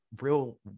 real